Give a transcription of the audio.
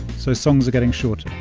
so songs are getting shorter